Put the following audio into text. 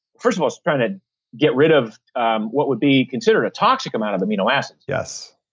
first of all, it's trying to get rid of um what would be considered a toxic amount of amino acids yes